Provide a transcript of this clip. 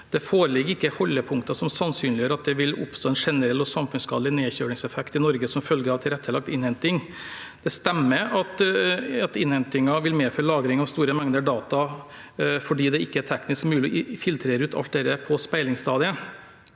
Det foreligger ikke holdepunkter som sannsynliggjør at det vil oppstå en generell og samfunnsskadelig nedkjølingseffekt i Norge som følge av tilrettelagt innhenting. Det stemmer at innhentingen vil medføre lagring av store mengder data fordi det ikke er teknisk mulig å filtrere ut alt dette på speilingsstadiet,